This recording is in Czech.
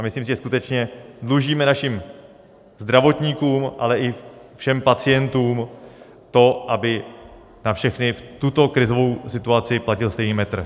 Myslím si, že skutečně dlužíme našim zdravotníkům, ale i všem pacientům to, aby na všechny v tuto krizovou situaci platil stejný metr.